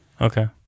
Okay